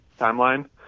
timeline